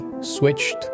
switched